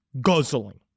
guzzling